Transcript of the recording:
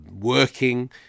working